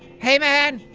hey man!